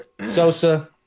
Sosa